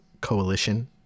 Coalition